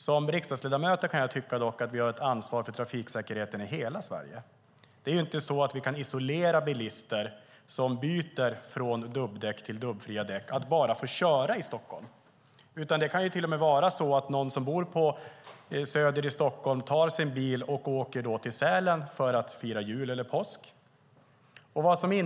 Som riksdagsledamöter kan jag dock tycka att vi har ansvar för trafiksäkerheten i hela Sverige. Vi kan inte isolera bilister som byter från dubbdäck till dubbfria däck så att de bara får köra i Stockholm. Det kan vara så att någon som bor på Söder i Stockholm tar sin bil och åker till Sälen för att fira jul eller påsk.